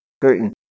curtain